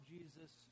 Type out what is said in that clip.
Jesus